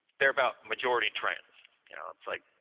they're about majority trends. you know it's like,